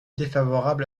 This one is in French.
défavorable